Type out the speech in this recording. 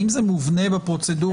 האם זה מובנה בפרוצדורה?